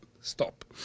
Stop